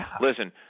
Listen